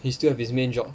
he still have his main job